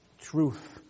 truth